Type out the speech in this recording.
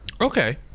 Okay